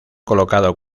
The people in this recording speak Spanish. colocado